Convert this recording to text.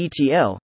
ETL